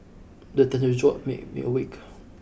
the thunder jolt me me awake